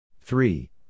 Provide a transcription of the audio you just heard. three